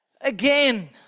Again